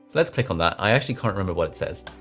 let's click on that. i actually can't remember what it says.